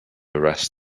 arrest